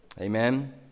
Amen